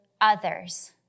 others